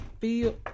feel